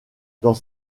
dans